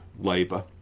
Labour